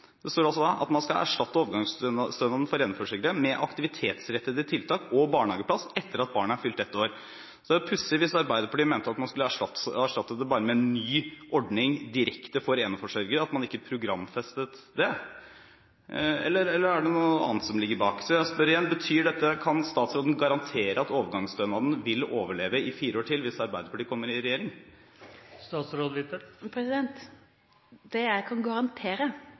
Det står at man skal erstatte overgangsstønaden for eneforsørgere med aktivitetsrettede tiltak og barnehageplass etter at barnet er fylt ett år. Det er pussig hvis Arbeiderpartiet mente at man skulle erstatte det bare med en ny ordning direkte for eneforsørgere, at man ikke programfestet det. Eller er det noe annet som ligger bak? Jeg spør igjen: Kan statsråden garantere at overgangsstønaden vil overleve i fire år til hvis Arbeiderpartiet kommer i regjering? Det jeg kan garantere,